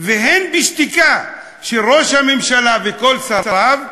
והן בשתיקה של ראש הממשלה וכל שריו,